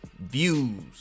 views